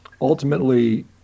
ultimately